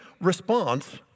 response